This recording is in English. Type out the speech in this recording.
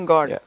God